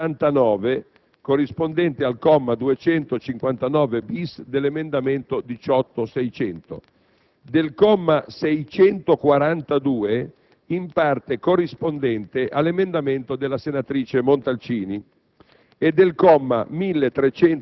del comma 579, corrispondente al comma 259-*bis* dell'emendamento 18.600; del comma 642, in parte corrispondente all'emendamento della senatrice Levi-Montalcini;